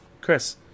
Chris